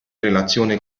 relazione